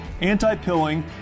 anti-pilling